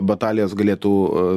batalijos galėtų